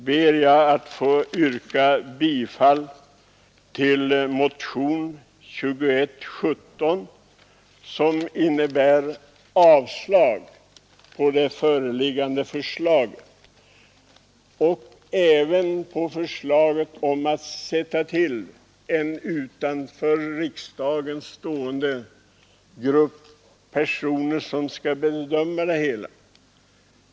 Jag ber att få yrka bifall till motionen 2117, som innebär avslag på det föreliggande förslaget och även på förslaget om att tillsätta en utanför riksdagen stående grupp personer som skall bedöma frågan.